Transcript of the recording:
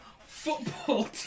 football